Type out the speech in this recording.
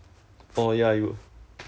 but in her house she doesn't have mah